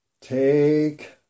take